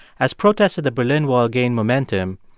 as protests at the berlin wall gained momentum,